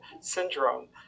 syndrome